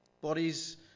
Bodies